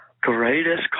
Greatest